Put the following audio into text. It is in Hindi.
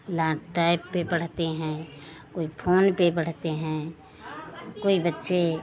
लेंटेट पर पढ़ते हैं कोई फ़ोन पर पढ़ते हैं कोई बच्चे